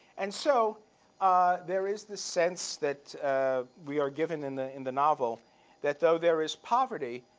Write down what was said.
and so ah there is this sense that we are given in the in the novel that though there is poverty,